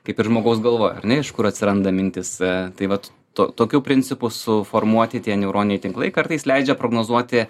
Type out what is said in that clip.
kaip ir žmogaus galva ar ne iš kur atsiranda mintys e tai vat to tokiu principu suformuoti tie neuroniniai tinklai kartais leidžia prognozuoti